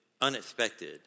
unexpected